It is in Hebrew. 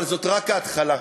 אבל זאת רק ההתחלה.